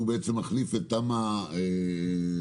שהוא מחליף את התמ"א הקודמת,